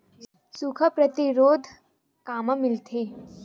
सुखा प्रतिरोध कामा मिलथे?